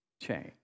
change